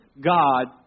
God